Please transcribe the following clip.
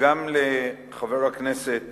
גם לחבר הכנסת